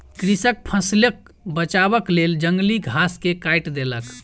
कृषक फसिलक बचावक लेल जंगली घास के काइट देलक